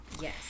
Yes